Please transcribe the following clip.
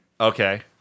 Okay